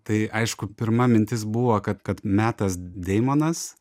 tai aišku pirma mintis buvo kad kad metas deimonas